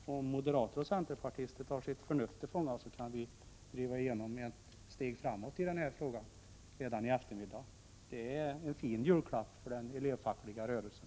Om moderater och centerpartister tar sitt förnuft till fånga, kan vi redan i eftermiddag ta ett steg framåt i denna fråga. Det skulle bli en fin julklapp till den elevfackliga rörelsen.